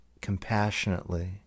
compassionately